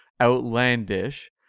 outlandish